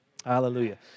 Hallelujah